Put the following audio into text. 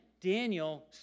Daniel